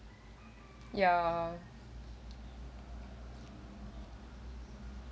ya